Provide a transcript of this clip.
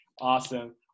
Awesome